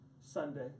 Sunday